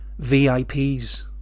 VIPs